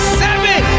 seven